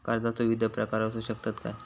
कर्जाचो विविध प्रकार असु शकतत काय?